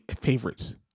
favorites